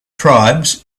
tribes